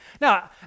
Now